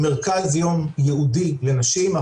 מרכז יום ייעודי לנשים,